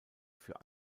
für